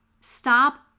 Stop